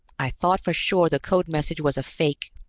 i thought for sure the code message was a fake.